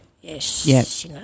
Yes